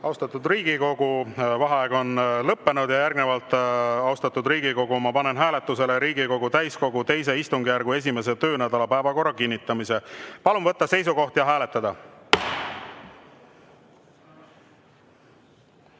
Austatud Riigikogu! Vaheaeg on lõppenud. Järgnevalt, austatud Riigikogu, ma panen hääletusele Riigikogu täiskogu II istungjärgu esimese töönädala päevakorra kinnitamise. Palun võtta seisukoht ja hääletada!